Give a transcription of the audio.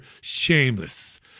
shameless